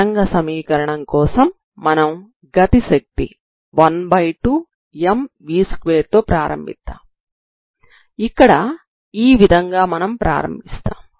తరంగ సమీకరణం కోసం మనం గతి శక్తి 12mv2 తో ప్రారంభిద్దాం ఇక్కడ ఈ విధంగా మనం ప్రారంభిస్తాము